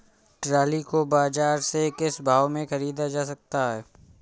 Trolley को बाजार से किस भाव में ख़रीदा जा सकता है?